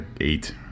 eight